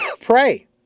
pray